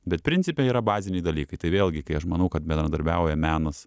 bet principe yra baziniai dalykai tai vėlgi kai aš manau kad bendradarbiauja menas